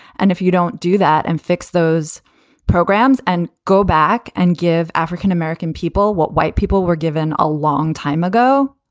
and if you don't do that and fix those programs and go back and give african-american people what white people were given a long time ago,